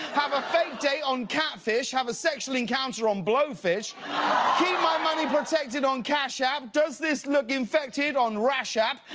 have a fake date on catfish. have a sexual encounter on blowfish. keep my money protected on cash app. does this look infected on rash app?